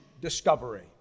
discovery